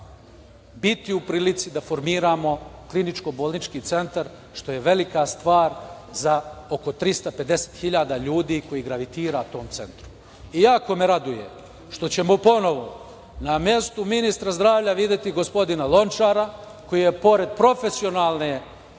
biti u prilici da formiramo kliničko-bolnički centar, što je velika stvar za oko 350.000 ljudi koji gravitira tom centru. Jako me raduje što ćemo ponovo na mestu ministra zdravlja videti gospodina Lončara koji je pored profesionalne